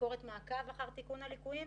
ביקורת מעקב כדי לבדוק את תיקון הליקויים